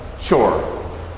Sure